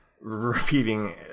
repeating